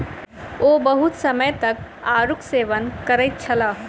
ओ बहुत समय तक आड़ूक सेवन करैत छलाह